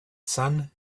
sun